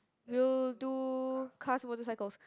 we'll do cars motorcycles